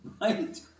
right